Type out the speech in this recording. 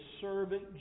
servant